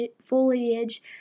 foliage